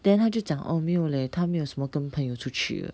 then 他就讲 orh 没有 leh 他没有什么跟朋友出去的